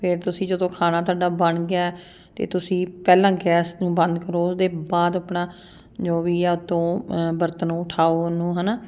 ਫਿਰ ਤੁਸੀਂ ਜਦੋਂ ਖਾਣਾ ਤੁਹਾਡਾ ਬਣ ਗਿਆ ਅਤੇ ਤੁਸੀਂ ਪਹਿਲਾਂ ਗੈਸ ਨੂੰ ਬੰਦ ਕਰੋ ਉਹਦੇ ਬਾਅਦ ਆਪਣਾ ਜੋ ਵੀ ਆ ਉੱਤੋਂ ਬਰਤਨ ਉਠਾਓ ਉਹਨੂੰ ਹੈ ਨਾ